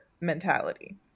mentality